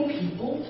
people